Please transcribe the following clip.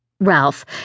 Ralph